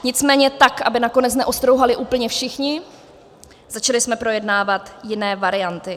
Nicméně tak aby nakonec neostrouhali úplně všichni, začali jsme projednávat jiné varianty.